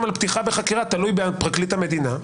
על פתיחה בחקירה תלוי בפרקליט המדינה,